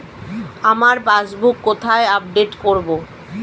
আমার পাসবুক কোথায় আপডেট করব?